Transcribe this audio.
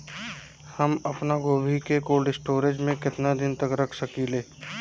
हम आपनगोभि के कोल्ड स्टोरेजऽ में केतना दिन तक रख सकिले?